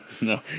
No